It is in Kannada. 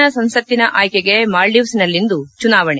ನೂತನ ಸಂಸತ್ತಿನ ಆಯ್ಲಿಗೆ ಮಾಲ್ಲೀವ್ನಲ್ಲಿಂದು ಚುನಾವಣೆ